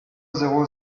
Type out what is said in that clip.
zéro